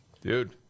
Dude